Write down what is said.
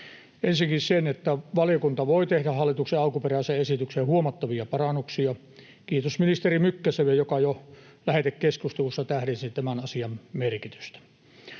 ensinnäkin sen, että valiokunta voi tehdä hallituksen alkuperäiseen esitykseen huomattavia parannuksia. Kiitos ministeri Mykkäselle, joka jo lähetekeskustelussa tähdensi tämän asian merkitystä.